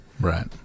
Right